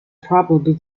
probably